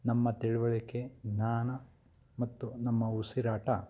ನಮ್ಮ ತಿಳುವಳಿಕೆ ಜ್ಞಾನ ಮತ್ತು ನಮ್ಮ ಉಸಿರಾಟ